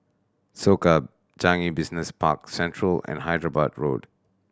Soka Changi Business Park Central and Hyderabad Road